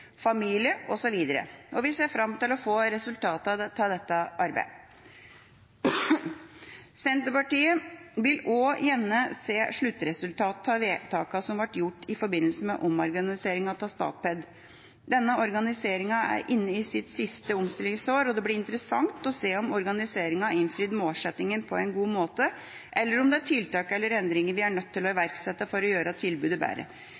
familie osv., og vi ser fram til å få resultatet av dette arbeidet. Senterpartiet vil også gjerne se sluttresultatet av vedtakene som ble gjort i forbindelse med omorganiseringen av Statped. Denne organiseringen er inne i sitt siste omstillingsår, og det blir interessant å se om organiseringen har innfridd målsettingen på en god måte, eller om det er tiltak eller endringer vi er nødt til å iverksette for å gjøre tilbudet bedre.